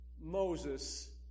Moses